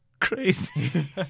crazy